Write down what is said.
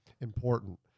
important